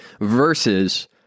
versus